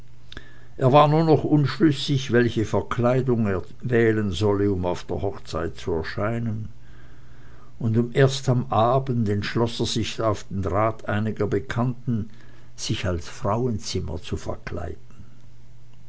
er war nur noch unschlüssig welche verkleidung er wählen sollte und auf der hochzeit zu erscheinen und erst am abend entschloß er sich auf den rat einiger bekannten sich als frauenzimmer zu kleiden